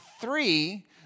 three